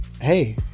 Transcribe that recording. Hey